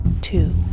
two